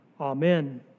Amen